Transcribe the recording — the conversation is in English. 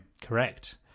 Correct